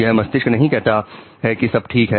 यह मस्तिष्क नहीं कहता है कि सब ठीक है